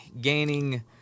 gaining